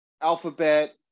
alphabet